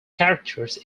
characters